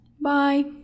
Bye